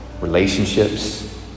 relationships